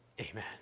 Amen